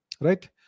right